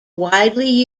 widely